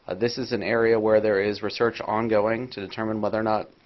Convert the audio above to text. this is an area where there is research ongoing to determine whether or not